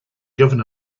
given